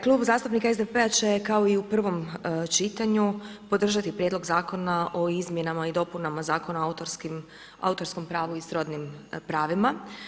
Klub zastupnika SDP-a će kao i u prvom čitanju podržati Prijedlog zakona o Izmjenama i dopunama Zakona o autorskom pravu i srodnim pravima.